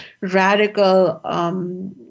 radical